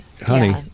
honey